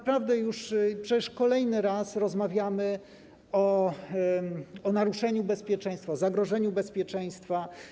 Przecież już kolejny raz rozmawiamy o naruszeniu bezpieczeństwa, zagrożeniu bezpieczeństwa.